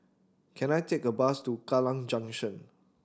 can I take a bus to Kallang Junction